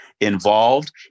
involved